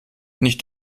nicht